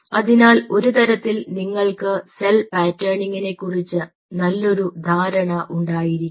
അതിനാൽ ഒരു തരത്തിൽ നിങ്ങൾക്ക് സെൽ പാറ്റേണിംഗിനെക്കുറിച്ച് നല്ലൊരു ധാരണ ഉണ്ടായിരിക്കണം